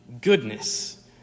goodness